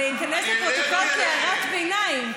זה ייכנס לפרוטוקול כהערת ביניים.